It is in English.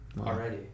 already